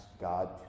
god